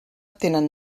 tenen